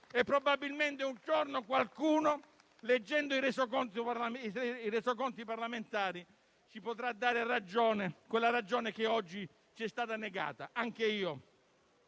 e probabilmente, un giorno, qualcuno, leggendo i Resoconti parlamentari, ci potrà dare quella ragione che oggi ci è stata negata. Anche io,